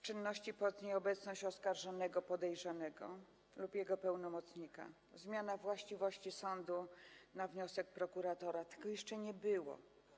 Czynności pod nieobecność oskarżonego, podejrzanego lub jego pełnomocnika, zmiana właściwości sądu na wniosek prokuratora - tego jeszcze nie było.